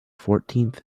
fourteenth